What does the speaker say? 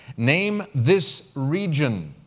name this region.